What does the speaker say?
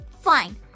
Fine